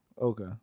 Okay